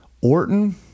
Orton